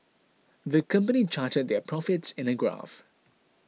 the company charted their profits in a graph